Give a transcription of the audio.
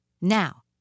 Now